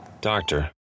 Doctor